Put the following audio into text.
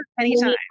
anytime